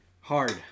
hard